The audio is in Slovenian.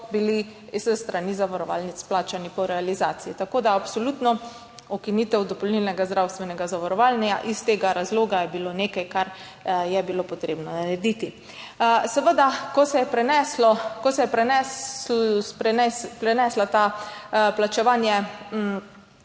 s strani zavarovalnic plačani po realizaciji. Tako da je bila absolutno ukinitev dopolnilnega zdravstvenega zavarovanja iz tega razloga nekaj, kar je bilo potrebno narediti. Ko se je preneslo to plačevanje